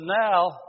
now